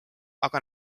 aga